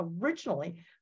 originally